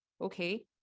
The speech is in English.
okay